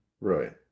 Right